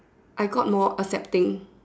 I got more accepting